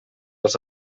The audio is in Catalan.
els